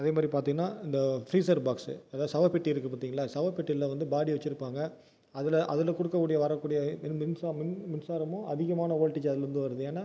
அதே மாதிரி பார்த்தீங்கனா இந்த ஃப்ரீஸ்ஸர் பாக்ஸு அதான் செவப்பெட்டி இருக்குது பார்த்தீங்களா செவப்பெட்டியில் வந்து பாடியை வச்சுருப்பாங்க அதில் அதில் கொடுக்கக்கூடிய வரக்கூடிய மின் மின்சார மின் மின்சாரமும் அதிகமான வோல்டேஜ்ஜை அதுலேருந்து வருது ஏன்னால்